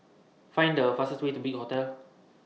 Find The fastest Way to Big Hotel